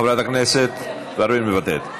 חברת הכנסת ורבין, מוותרת.